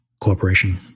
cooperation